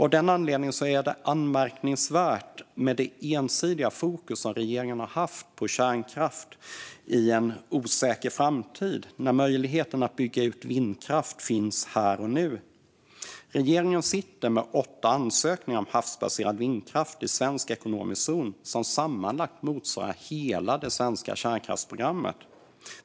Av den anledningen är det anmärkningsvärt med det ensidiga fokus som regeringen har haft på kärnkraft i en osäker framtid, när möjligheten att bygga ut vindkraft finns här och nu. Regeringen sitter med åtta ansökningar om havsbaserad vindkraft i svensk ekonomisk zon, som sammanlagt motsvarar hela det svenska kärnkraftsprogrammet.